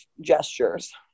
gestures